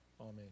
Amen